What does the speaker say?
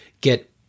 get